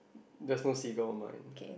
there's no seagull on mine